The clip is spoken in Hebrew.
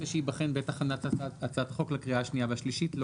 וזה נושא שייבחן בעת הכנת הצעת החוק לקריאה השנייה והשלישית?